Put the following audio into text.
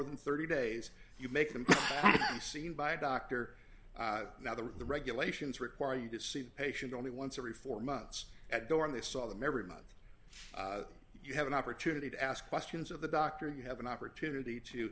than thirty days you make them seen by a doctor now the regulations require you to see the patient only once every four months ago and they saw them every month you have an opportunity to ask questions of the doctor you have an opportunity to